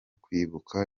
kwibuka